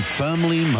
firmly